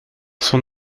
son